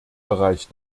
bereich